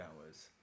Hours